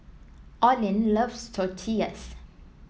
Olin loves Tortillas